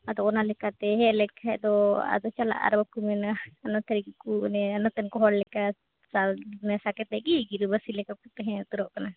ᱟᱫᱚ ᱚᱱᱟ ᱞᱮᱠᱟᱛᱮ ᱦᱮᱡ ᱞᱮᱠᱷᱟᱱ ᱫᱚ ᱟᱫᱚ ᱪᱟᱞᱟᱜ ᱟᱨ ᱵᱟᱠᱚ ᱢᱮᱱᱟ ᱚᱱᱮ ᱱᱚᱛᱮᱱ ᱠᱚ ᱦᱚᱲ ᱞᱮᱠᱟ ᱥᱟᱶ ᱢᱮᱥᱟ ᱠᱟᱛᱮᱫ ᱜᱤ ᱜᱤᱨᱟᱹ ᱵᱟᱹᱥᱤ ᱞᱮᱠᱟ ᱠᱚ ᱛᱟᱦᱮᱸ ᱩᱛᱟᱹᱨᱚᱜ ᱠᱟᱱᱟ